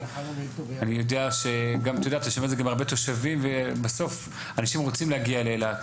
אני יודע גם אילת זה הרבה תושבים ובסוף אנשים רוצים להגיע לאילת,